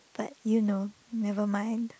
but you know never mind